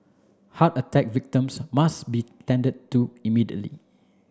heart attack victims must be tended to immediately